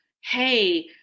hey